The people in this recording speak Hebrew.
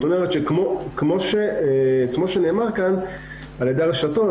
כמו שנאמר כאן על ידי הרשתות